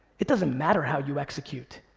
it doesn't matter how you execute.